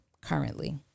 Currently